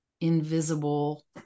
invisible